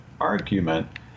argument